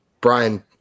brian